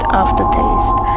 aftertaste